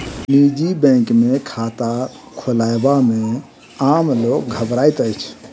निजी बैंक मे खाता खोलयबा मे आम लोक घबराइत अछि